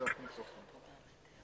רבה.